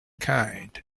kind